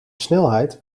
snelheid